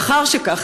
מאחר שכך,